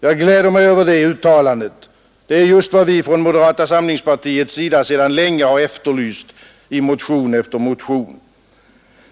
Jag glädjer mig över det uttalandet. Det är just vad vi från moderata samlingspartiets sida sedan länge har efterlyst i motion efter motion.